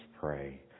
pray